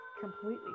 completely